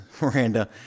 miranda